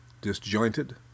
disjointed